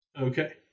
Okay